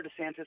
DeSantis